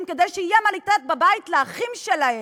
כדי שיהיה מה לתת בבית לאחים שלהם.